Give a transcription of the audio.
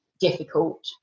difficult